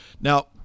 now